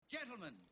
Gentlemen